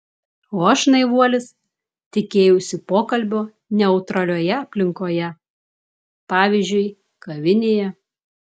o aš naivuolis tikėjausi pokalbio neutralioje aplinkoje pavyzdžiui kavinėje